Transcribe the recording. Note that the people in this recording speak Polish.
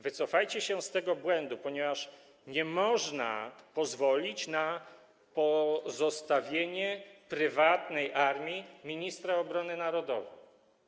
Wycofajcie się z tego błędu, ponieważ nie można pozwolić na pozostawienie prywatnej armii ministra obrony narodowej.